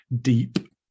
deep